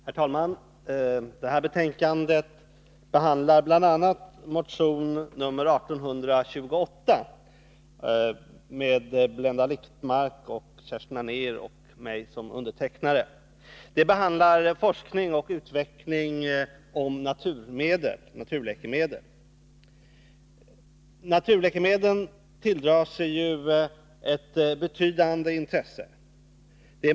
Herr talman! Det här betänkandet behandlar bl.a. motion 1828 med Blenda Littmarck, Kerstin Anér och mig som undertecknare. Den handlar om forskning och utveckling i vad gäller naturläkemedel. Naturläkemedlen tilldrar sig ett betydande intresse.